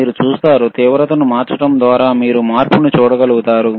మీరు చూస్తారు తీవ్రతను మార్చడం ద్వారా మీరు మార్పును చూడగలుగుతారు